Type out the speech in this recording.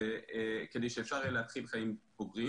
כדי שאפשר יהיה להתחיל חיים בוגרים.